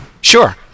Sure